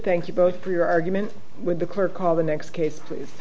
thank you both for your argument with the court call the next case